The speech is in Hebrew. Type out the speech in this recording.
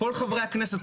כל חברי הכנסת,